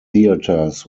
theaters